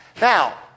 Now